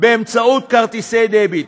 באמצעות כרטיסי דביט,